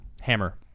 Hammer